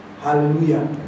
Hallelujah